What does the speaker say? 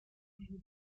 double